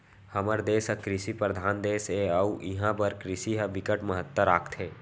हमर देस ह कृषि परधान देस हे अउ इहां बर कृषि ह बिकट महत्ता राखथे